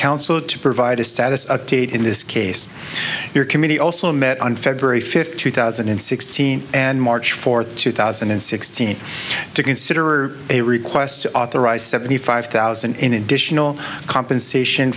counsel to provide a status update in this case your committee also met on february fifth two thousand and sixteen and march fourth two thousand and sixteen to consider a request to authorize seventy five thousand in additional compensation